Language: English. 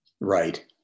Right